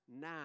now